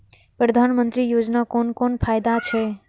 प्रधानमंत्री योजना कोन कोन फायदा छै?